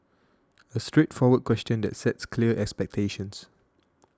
a straightforward question that sets clear expectations